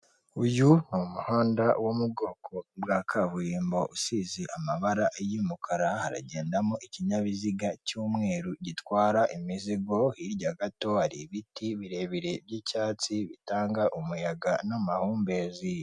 Uyu ni umuhanda wo bwa kaburimbo usize amabara y'umukara haragendamo ikinyabiziga cy'umweru gitwara imizigo, hirya gato hari ibiti birebire by'icyatsi bitanga umuyaga n'amahumbezi.